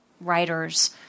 writers